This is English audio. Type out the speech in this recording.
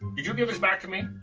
did you give this back to me?